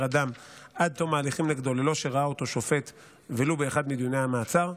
אדם עד תום ההליכים נגדו ללא שראה אותו שופט ולו באחד מדיוני המעצר,